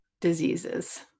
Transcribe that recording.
diseases